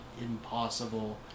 impossible